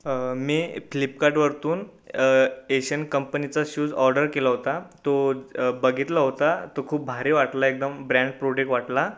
मी Flipkart वरतून Asian कंपनीचा shoes order केला होता तो बघितला होता तो खूप भारी वाटला एकदम ब्रॅंड प्रोडेक्ट वाटला